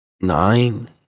nine